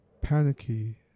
panicky